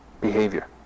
behavior